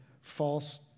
false